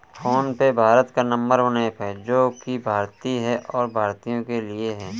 phone पे भारत का number one app है जो की भारतीय है और भारतीयों के लिए है